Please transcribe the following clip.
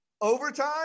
overtime